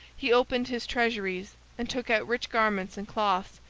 he opened his treasuries and took out rich garments and cloths,